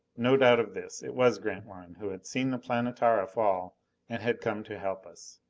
no doubt of this it was grantline, who had seen the planetara fall and had come to help us.